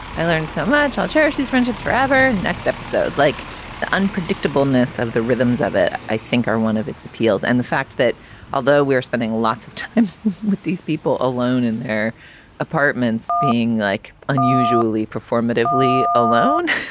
i learned so much. i'll cherish these friendships forever. next episode, like the unpredictable ness of the rhythms of it, i think are one of its appeals and the fact that although we're spending lots of time with these people alone in their apartments being like unusually performative lee alone,